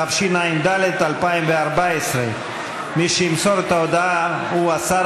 התשע"ד 2014. מי שימסור את ההודעה הוא השר